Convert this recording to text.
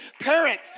parent